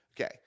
Okay